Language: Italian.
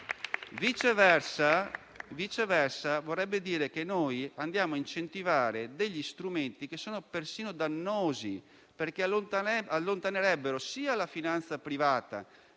Viceversa, vorrebbe dire che incentiviamo strumenti che sono persino dannosi, perché allontanerebbero sia la finanza privata